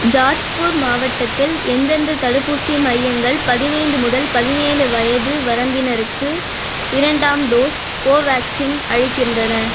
ஜாஜ்பூர் மாவட்டத்தில் எந்தெந்த தடுப்பூசி மையங்கள் பதினைந்து முதல் பதினேழு வயது வரம்பினருக்கு இரண்டாம் டோஸ் கோவேக்சின் அளிக்கின்றன